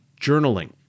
journaling